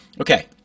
Okay